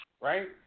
right